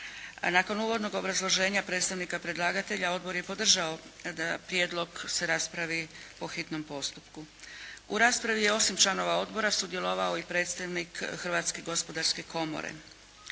Nakon uvodnog obrazloženja predstavnika predlagatelja Odbor je podržao da prijedlog se raspravi po hitnom postupku. U raspravi je osim članova Odbora sudjelovao i predstavnik Hrvatske gospodarske komore.